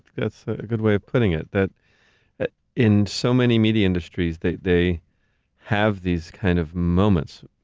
that's a good way of putting it, that in so many media industries, they they have these kind of moments.